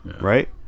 right